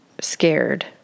scared